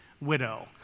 widow